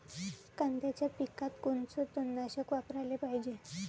कांद्याच्या पिकात कोनचं तननाशक वापराले पायजे?